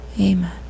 Amen